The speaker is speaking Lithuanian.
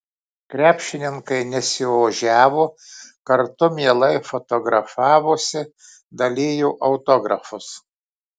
krepšininkai nesiožiavo kartu mielai fotografavosi dalijo autografus